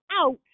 out